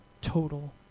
total